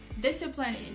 disciplined